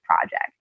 project